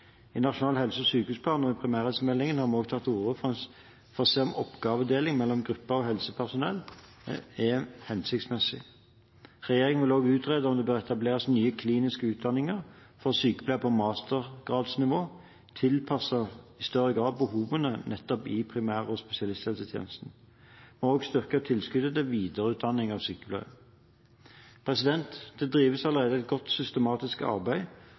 I Nasjonal helse- og sykehusplan og primærhelsemeldingen har vi òg tatt til orde for å se om oppgavefordelingen mellom grupper av helsepersonell er hensiktsmessig. Regjeringen vil òg utrede om det bør etableres nye kliniske utdanninger for sykepleiere på mastergradsnivå, i større grad tilpasset behovene nettopp i primær- og spesialisthelsetjenesten. Vi har også styrket tilskuddet til videreutdanning av sykepleiere. Det drives allerede et godt systematisk arbeid